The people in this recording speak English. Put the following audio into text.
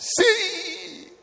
see